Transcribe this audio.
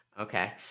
Okay